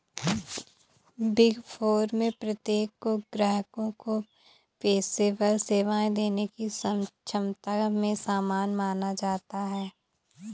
big four में प्रत्येक को ग्राहकों को पेशेवर सेवाएं देने की क्षमता में समान माना जाता है